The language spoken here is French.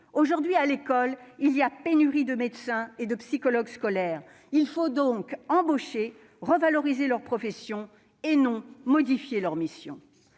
Aujourd'hui, à l'école, on observe une pénurie de médecins et de psychologues scolaires. Il faut donc embaucher, revaloriser ces professions et non modifier leurs missions.